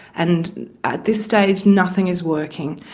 and at this stage nothing is working.